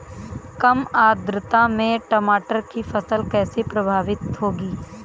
कम आर्द्रता में टमाटर की फसल कैसे प्रभावित होगी?